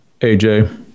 AJ